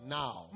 now